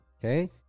Okay